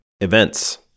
Events